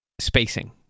spacing